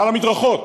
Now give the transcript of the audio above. על המדרכות,